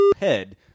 head